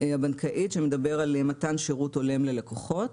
הבנקאית שמדבר על מתן שירות הולם ללקוחות,